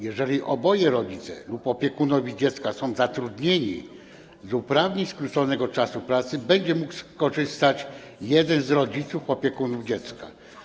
Jeżeli oboje rodzice lub opiekunowie dziecka są zatrudnieni, z uprawnień skróconego czasu pracy będzie mógł skorzystać jeden z rodziców lub opiekunów dziecka.